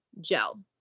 gel